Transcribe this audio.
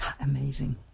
Amazing